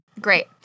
Great